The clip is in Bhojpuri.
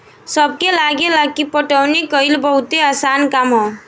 सबके लागेला की पटवनी कइल बहुते आसान काम ह